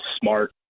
smart